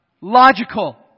Logical